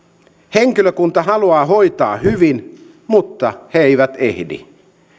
henkilökunta haluaa hoitaa hyvin mutta he eivät ehdi